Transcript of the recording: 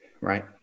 Right